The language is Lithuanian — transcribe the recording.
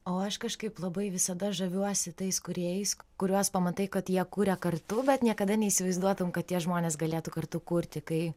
o aš kažkaip labai visada žaviuosi tais kūrėjais kuriuos pamatai kad jie kuria kartu bet niekada neįsivaizduotum kad tie žmonės galėtų kartu kurti kai